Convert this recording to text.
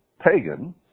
pagan